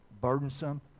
burdensome